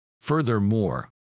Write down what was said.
Furthermore